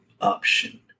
option